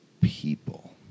people